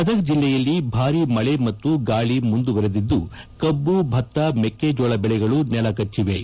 ಗದಗ ಜಿಲ್ಲೆಯಲ್ಲಿ ಭಾರೀ ಮಳಿ ಮತ್ತು ಗಾಳಿ ಮುಂದುವರೆದಿದ್ದು ಕಬ್ಬು ಭತ್ತ ಮೆಕ್ಕೆಜೋಳ ಬೆಳೆಗಳು ನೆಲಕಚ್ಚಿವೆ